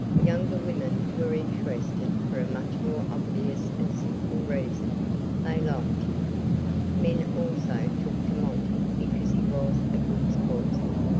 younger women were interested for a much more obvious and simple reason they liked him. men also took to monty because he was a good sportsman,